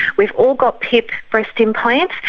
we've all got pip breast implants.